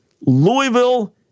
Louisville